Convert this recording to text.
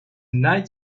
night